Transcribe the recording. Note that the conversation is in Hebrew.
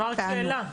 אמרת שאלה.